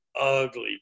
ugly